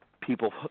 people